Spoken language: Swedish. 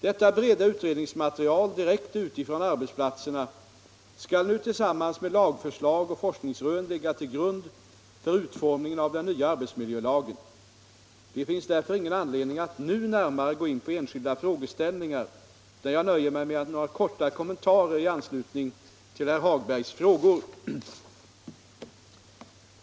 Detta breda utredningsmaterial direkt utifrån arbetsplatserna skall nu tillsammans med lagförslag och forskningsrön ligga till grund för utformningen av den nya arbetsmiljölagen. Det finns därför ingen anledning att nu närmare gå in på enskilda frågeställningar, utan jag nöjer mig med några korta kommentarer i anslutning till herr Hagbergs frågor.